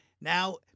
Now